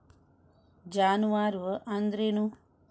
ಜಾನುವಾರು ಅಂದ್ರೇನು?